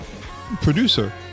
producer